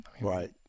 Right